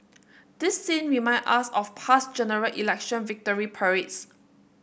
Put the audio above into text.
this scene remind us of past General Election victory parades